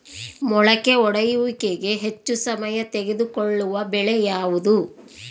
ಮೊಳಕೆ ಒಡೆಯುವಿಕೆಗೆ ಹೆಚ್ಚು ಸಮಯ ತೆಗೆದುಕೊಳ್ಳುವ ಬೆಳೆ ಯಾವುದು?